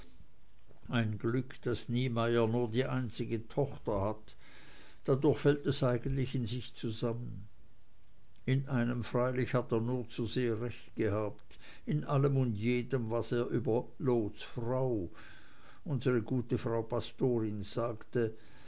ein glück daß niemeyer nur die einzige tochter hat dadurch fällt es eigentlich in sich zusammen in einem freilich hat er nur zu recht gehabt in all und jedem was er über lots frau unsere gute frau pastorin sagte